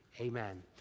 Amen